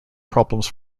problems